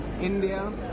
India